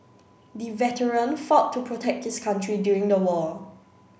the veteran fought to protect his country during the war